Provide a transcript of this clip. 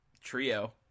trio